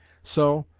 so,